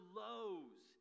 lows